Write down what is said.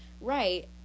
right